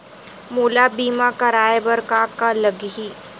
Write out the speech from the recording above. मोला बीमा कराये बर का का लगही?